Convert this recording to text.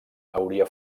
hauria